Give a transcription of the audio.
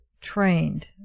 trained